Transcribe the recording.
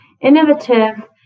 innovative